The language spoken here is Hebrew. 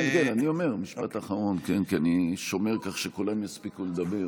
משפט אחרון, כי אני שומר כך שכולם יספיקו לדבר.